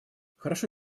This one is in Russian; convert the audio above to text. хорошо